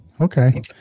Okay